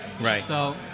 Right